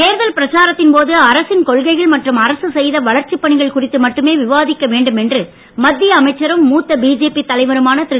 தேர்தல் பிரச்சாரத்தின் போது அரசின் கொள்கைகள் மற்றும் அரசு செய்த வளர்ச்சிப் பணிகள் குறித்து மட்டுமே விவாதிக்க வேண்டும் என்று மத்திய அமைச்சரும் மூத்த பிஜேபி தலைவருமான திரு